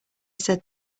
said